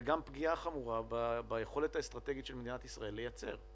וגם בפגיעה חמורה ביכולת האסטרטגית של מדינת ישראל לייצר.